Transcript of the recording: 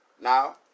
Now